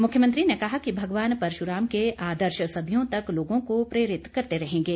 मुख्यमंत्री ने कहा कि भगवान परशुराम के आदर्श सदियों तक लोगों को प्रेरित करते रहेंगे